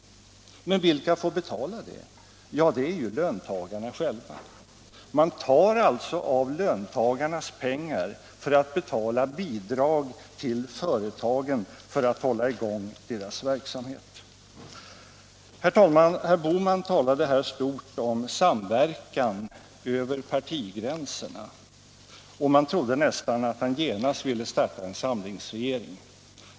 Men vilka får betala det? Ja, det är ju löntagarna själva. Man tar alltså av löntagarnas pengar för att betala bidrag till företagen och hålla i gång deras verksamhet. Herr talman! Herr Bohman talade här stort om samverkan över partigränserna, och man trodde nästan att han genast ville starta en samlingsregering.